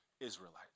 Israelites